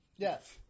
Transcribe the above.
Yes